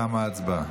תמה הצבעה.